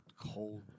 cold